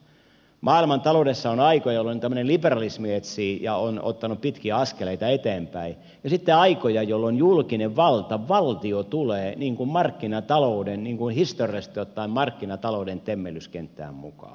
maailmantaloudessa on aikoja jolloin tämmöinen liberalismi etsii ja on ottanut pitkiä askeleita eteenpäin ja sitten aikoja jolloin julkinen valta valtio tulee markkinatalouden historiallisesti ottaen markkinatalouden temmellyskenttään mukaan